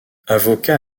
avocat